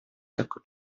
такой